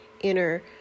inner